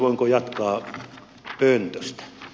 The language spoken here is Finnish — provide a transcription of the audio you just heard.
voinko jatkaa pöntöstä